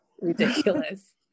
ridiculous